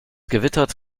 gewittert